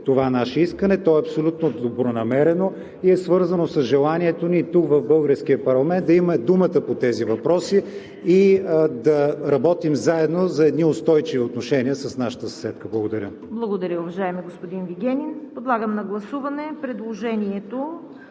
това наше искане. То е абсолютно добронамерено и е свързано с желанието ни в българския парламент да имаме думата по тези въпроси и да работим заедно за едни устойчиви отношения с нашата съседка. Благодаря. ПРЕДСЕДАТЕЛ ЦВЕТА КАРАЯНЧЕВА: Благодаря, уважаеми господин Вигенин. Подлагам на гласуване предложението